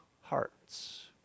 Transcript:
hearts